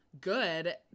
Good